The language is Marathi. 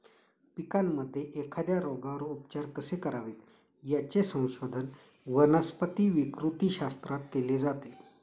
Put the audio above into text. पिकांमध्ये एखाद्या रोगावर उपचार कसे करावेत, याचे संशोधन वनस्पती विकृतीशास्त्रात केले जाते